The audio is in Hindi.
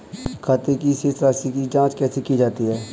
खाते की शेष राशी की जांच कैसे की जाती है?